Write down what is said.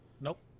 Nope